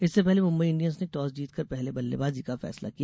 इससे पहले मुंबई इंडियन्स ने टॉस जीतकर पहले बल्लेबाजी का फैसला किया